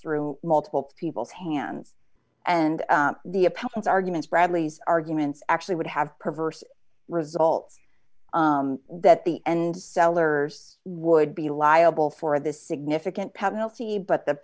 through multiple people's hands and the appellants arguments bradleys arguments actually would have perverse results that the and sellers would be liable for the significant penalty but the